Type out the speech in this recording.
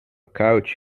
couch